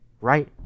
Right